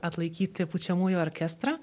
atlaikyti pučiamųjų orkestrą